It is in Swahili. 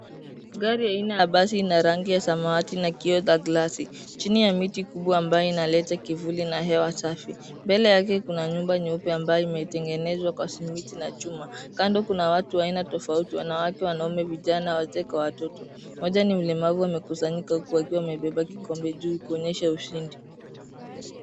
Gari aina ya basi na rangi ya samawati na kioo za glasi, chini ya miti kubwa ambayo inaleta kivuli na hewa safi. Mbele yake kuna nyumba nyeupe ambayo imetengenezwa kwa simiti na chuma. Kando kuna watu wa aina tofauti wanawake , wanaume, vijana ,wazee kwa watoto. Mmoja ni mlemavu amekusanyika huku akiwa amebeba kikombe juu kuonyesha ushindi.